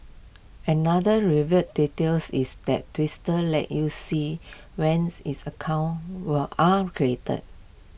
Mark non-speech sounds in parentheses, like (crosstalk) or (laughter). another reveal details is that twister lets you see when (noise) its accounts will are created